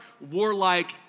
warlike